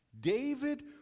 David